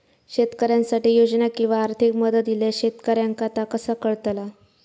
शेतकऱ्यांसाठी योजना किंवा आर्थिक मदत इल्यास शेतकऱ्यांका ता कसा कळतला?